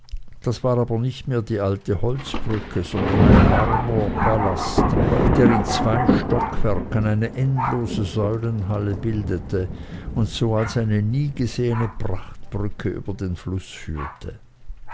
das war aber nicht mehr die alte holzbrücke sondern ein marmorpalast der in zwei stockwerken eine endlose säulenhalle bildete und so als eine niegesehene prachtbrücke über den fluß führte